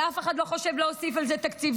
ואף אחד לא חושב להוסיף לזה תקציבים,